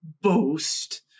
boast